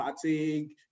fatigue